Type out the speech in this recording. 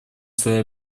свои